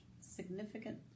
significant